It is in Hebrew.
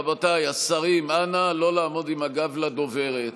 רבותיי השרים, אנא, לא לעמוד עם הגב לדוברת.